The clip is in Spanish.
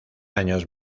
años